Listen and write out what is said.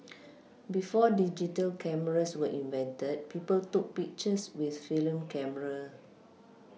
before digital cameras were invented people took pictures with film camera